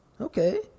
Okay